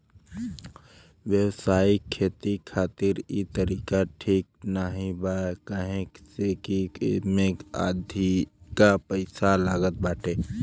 व्यावसायिक खेती खातिर इ तरीका ठीक नाही बा काहे से की एमे अधिका पईसा लागत बाटे